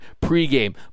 Pre-game